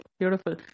Beautiful